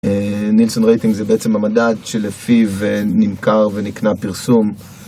נילסון רייטינג זה בעצם המדד שלפיו נמכר ונקנה פרסום